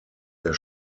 der